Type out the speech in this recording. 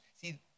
See